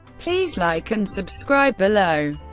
please like and subscribe below.